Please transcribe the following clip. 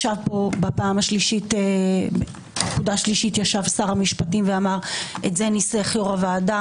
ישב פה בפעם השלישית שר המשפטים ואמר: את זה ניסח יושב-ראש הוועדה,